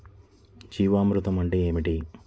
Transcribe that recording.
జీవామృతం అంటే ఏమిటి?